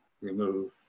remove